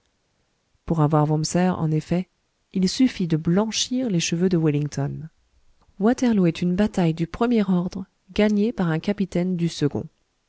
pour avoir wurmser en effet il suffît de blanchir les cheveux de wellington waterloo est une bataille du premier ordre gagnée par un capitaine du second